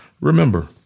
remember